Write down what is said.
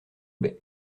bay